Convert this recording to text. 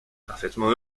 parfaitement